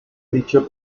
dicho